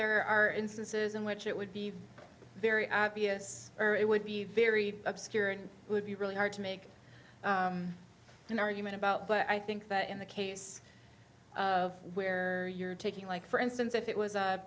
there are instances in which it would be very obvious or it would be very obscure and would be really hard to make an argument about but i think that in the case of where you're taking like for instance if it was